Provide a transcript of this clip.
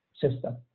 system